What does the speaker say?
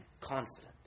confident